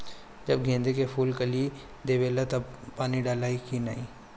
जब गेंदे के फुल कली देवेला तब पानी डालाई कि न?